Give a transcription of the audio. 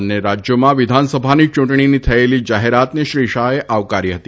બંને રાજયામાં વિધાનસભાની ચૂંટણીની થયેલી જાહેરાતને શ્રી શાહે આવકારી હતી